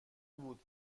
بود